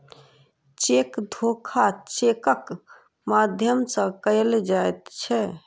cheque धोखा चेकक माध्यम सॅ कयल जाइत छै